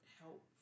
help